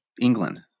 England